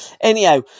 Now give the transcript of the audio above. Anyhow